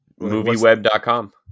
Movieweb.com